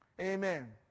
Amen